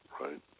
Right